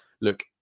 look